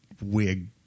wig